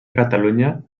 catalunya